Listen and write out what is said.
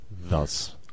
Thus